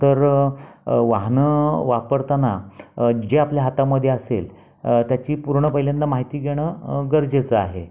तर वाहनं वापरताना जे आपल्या हातामध्ये असेल त्याची पूर्ण पहिल्यांदा माहिती घेणं गरजेचं आहे